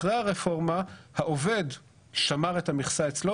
אחרי הרפורמה העובד שמר את המכסה אצלו